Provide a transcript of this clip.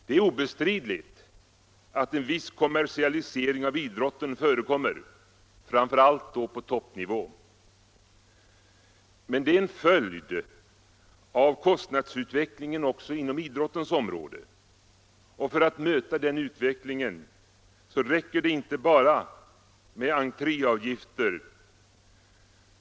Det är obestridligt att en viss kommersialisering av idrotten förekommer, framför allt då på toppnivå. Men det är en följd av kostnadsutvecklingen också på idrottens område. För att möta den utvecklingen räcker det inte bara med entréavgifter.